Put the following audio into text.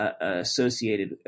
associated